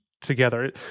together